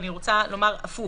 אני רוצה לומר הפוך.